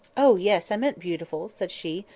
oh yes! i meant beautiful said she,